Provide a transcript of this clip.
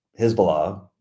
Hezbollah